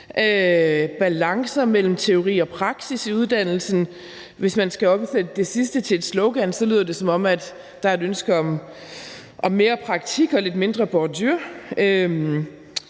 balance mellem teori og praksis i uddannelsen. Og hvis man skal omsætte det sidste til et slogan, lyder det, som om der er et ønske om mere praktik og lidt mindre Bourdieu.